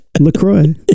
LaCroix